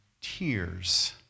tears